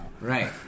right